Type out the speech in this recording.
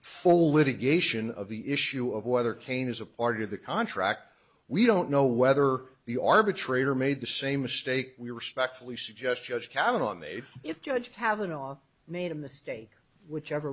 full litigation of the issue of whether kane is a part of the contract we don't know whether the arbitrator made the same mistake we respect fully suggest just counting on they if judge kavanaugh made a mistake whichever